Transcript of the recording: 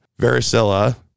varicella